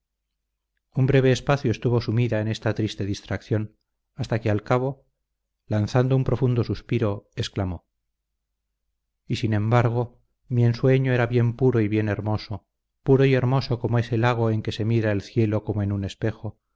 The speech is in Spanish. un breve espacio estuvo sumida en esta triste distracción hasta que al cabo lanzando un profundo suspiro exclamó y sin embargo mi ensueño era bien puro y bien hermoso puro y hermoso como ese lago en que se mira el cielo como en un espejo